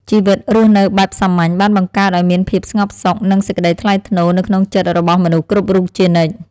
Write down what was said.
ជីវិតរស់នៅបែបសាមញ្ញបានបង្កើតឱ្យមានភាពស្ងប់សុខ និងសេចក្ដីថ្លៃថ្នូរនៅក្នុងចិត្តរបស់មនុស្សគ្រប់រូបជានិច្ច។